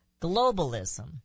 Globalism